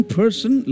person